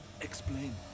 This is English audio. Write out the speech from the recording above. explain